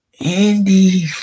Andy